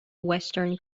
western